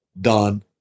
done